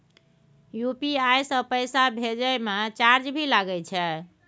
UPI से पैसा भेजै म चार्ज भी लागे छै?